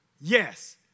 Yes